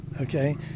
Okay